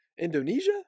Indonesia